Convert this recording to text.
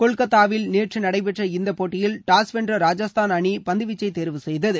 கொல்கத்தாவில் நேற்று நடைபெற்ற இந்த போட்டியில் டாஸ் வென்ற ராஜஸ்தான் அணி பந்துவீச்சை தேர்வு செய்தது